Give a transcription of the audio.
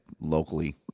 locally